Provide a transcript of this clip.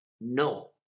No